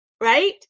right